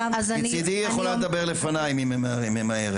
מצידי, היא יכולה לדבר לפניי, אם היא ממהרת.